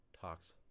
talks